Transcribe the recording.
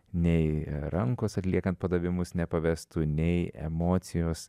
nei rankos atliekant padavimus nepavestų nei emocijos